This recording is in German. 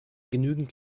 genügend